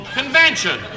convention